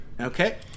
Okay